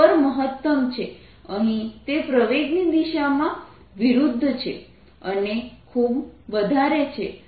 અહીં તે પ્રવેગની વિરુદ્ધ દિશામાં છે અને ખૂબ વધારે છે